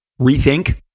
rethink